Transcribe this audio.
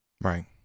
right